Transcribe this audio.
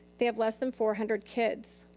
they have less than four hundred kids.